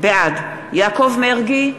בעד יעקב מרגי,